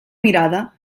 mirada